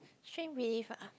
strange belief ah